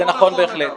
זה נכון בהחלט.